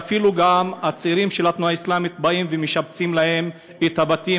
ואפילו הצעירים של התנועה האסלאמית באים ומשפצים להם את הבתים,